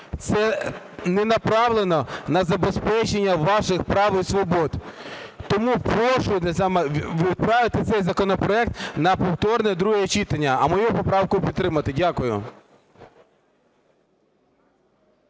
Це не направлено на забезпечення ваших прав і свобод. Тому прошу відправити цей законопроект на повторне друге читання, а мою поправку підтримати. Дякую.